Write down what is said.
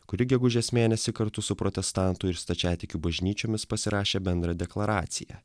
kuri gegužės mėnesį kartu su protestantų ir stačiatikių bažnyčiomis pasirašė bendrą deklaraciją